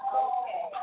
okay